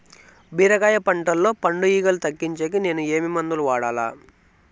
బీరకాయ పంటల్లో పండు ఈగలు తగ్గించేకి నేను ఏమి మందులు వాడాలా?